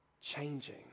changing